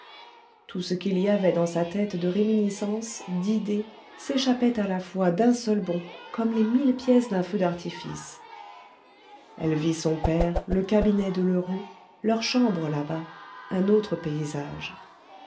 tout ce qu'il y avait dans sa tête de réminiscences d'idées s'échappait à la fois d'un seul bond comme les mille pièces d'un feu d'artifice elle vit son père le cabinet de lheureux leur chambre là-bas un autre paysage